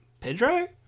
Pedro